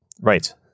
Right